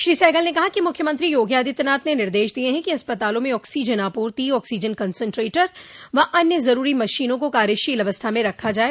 श्री सहगल ने कहा कि मुख्यमंत्री योगी आदित्यनाथ ने निर्देश दिये हैं कि अस्पतालों में ऑक्सीजन आपूर्ति ऑक्सीजन कंसेंट्रेटर व अन्य जरूरी मशीनों को कार्यशील अवस्था में रखा जाये